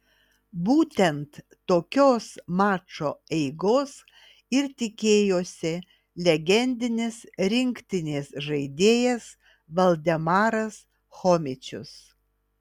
būtent tokios mačo eigos ir tikėjosi legendinis rinktinės žaidėjas valdemaras chomičius